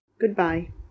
Goodbye